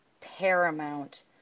paramount